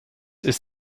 ist